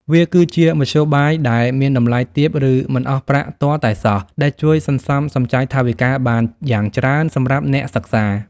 វាគឺជាមធ្យោបាយដែលមានតម្លៃទាប ឬមិនអស់ប្រាក់ទាល់តែសោះ ដែលជួយសន្សំសំចៃថវិកាបានយ៉ាងច្រើនសម្រាប់អ្នកសិក្សា។